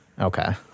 Okay